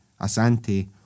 Asante